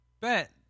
bet